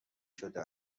شده